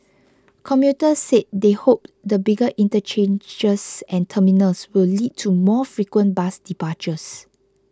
commuters said they hoped the bigger interchanges and terminals will lead to more frequent bus departures